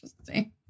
interesting